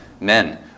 men